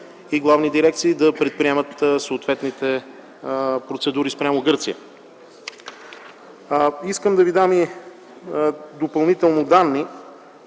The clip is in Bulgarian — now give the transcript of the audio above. и главни дирекции да предприемат съответните процедури спрямо Гърция. Искам да ви дам и допълнителни данни